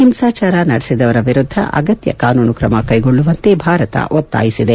ಹಿಂಸಾಚಾರ ನಡೆಸಿದವರ ವಿರುದ್ದ ಅಗತ್ತ ಕಾನೂನು ಕ್ರಮ ಕೈಗೊಳ್ಳುವಂತೆ ಭಾರತ ಒತ್ತಾಯಿಸಿದೆ